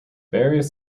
various